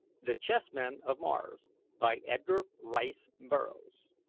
the chessmen of mars by edgar rice burroughs